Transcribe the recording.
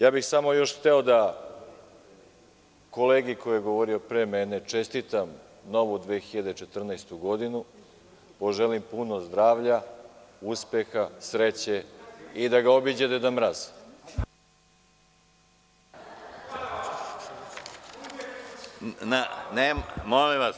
Samo bih još hteo da kolegi koji je govorio pre mene čestitam novu 2014. godinu, poželim puno zdravlja, uspeha, sreće i da ga obiđe Deda Mraz.